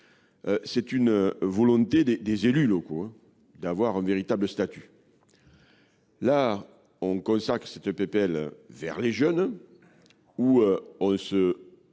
c'est une volonté des élus locaux d'avoir un véritable statut. Là, on consacre cette PPL vers les jeunes, où on se